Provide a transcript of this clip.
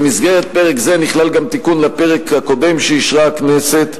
במסגרת פרק זה נכלל גם תיקון לפרק הקודם שאישרה הכנסת.